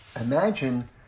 imagine